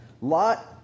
Lot